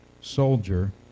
soldier